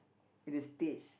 it is stage